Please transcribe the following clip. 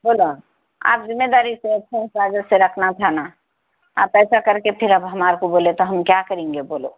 بولو آپ ذمہ داری سے اپنی حفاظت سے رکھنا تھا نا آپ ایسا کر کے پھر اب ہمارے کو بولے تو ہم کیا کریں گے بولو